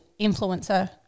influencer